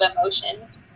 emotions